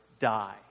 die